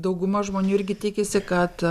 dauguma žmonių irgi tikisi kad